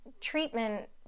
treatment